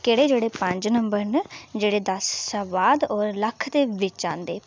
केह्ड़े केह्ड़े पंज नंबर न जेह्ड़े दस शा बाद और लक्ख दे बिच औंदे